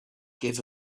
gave